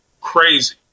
crazy